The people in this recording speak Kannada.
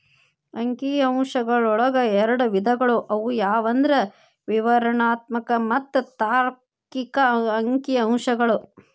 ಅಂಕಿ ಅಂಶಗಳೊಳಗ ಎರಡ್ ವಿಧಗಳು ಅವು ಯಾವಂದ್ರ ವಿವರಣಾತ್ಮಕ ಮತ್ತ ತಾರ್ಕಿಕ ಅಂಕಿಅಂಶಗಳು